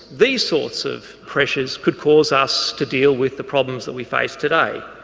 these sorts of pressures could cause us to deal with the problems that we face today.